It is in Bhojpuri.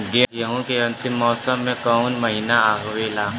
गेहूँ के अंतिम मौसम में कऊन महिना आवेला?